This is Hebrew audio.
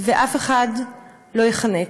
ואף אחד לא ייחנק,